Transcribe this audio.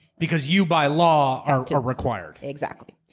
because you, by law, are are required. exactly.